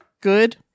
good